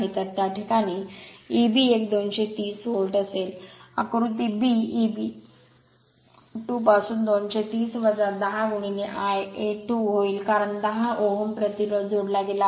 तर त्या प्रकरणात Eb 1 230 व्होल्ट असेल आकृती b Eb 2 पासून 230 10 Ia 2 होईल कारण 10 Ω प्रतिरोध जोडला गेला आहे